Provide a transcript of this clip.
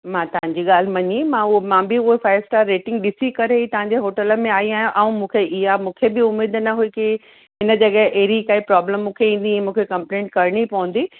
मां तव्हांजी ॻाल्हि मञी मां उहो मां बि उहो फ़ाइव स्टार रेटिंग ॾिसी करे ई तव्हांजे होटल में आई आहियां ऐं मूंखे इहा मूंखे बि उमीद न हुई कि हिन जॻह अहिड़ी काई प्रोब्लम मूंखे ईंदी मूंखे कंप्लेन करिणी पवंदी